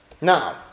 Now